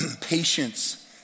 Patience